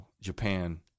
Japan